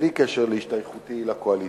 בלי קשר להשתייכותי לקואליציה,